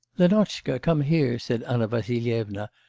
lenotchka, come here said anna vassilyevna,